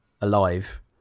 alive